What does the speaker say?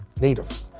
native